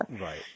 Right